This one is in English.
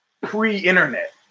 pre-internet